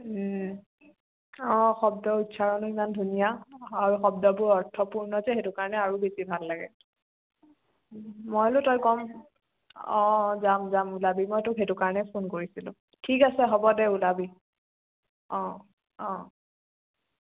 অঁ শব্দৰ উচ্চাৰণো ইমান ধুনীয়া আৰু শব্দবোৰ অৰ্থপূৰ্ণ যে সেইটো কাৰণে আৰু বেছি ভাল লাগে মই বোলো তই গম অঁ যাম যাম ওলাবি মই তোক সেইটো কাৰণে ফোন কৰিছিলোঁ ঠিক আছে হ'ব দে ওলাবি অঁ অঁ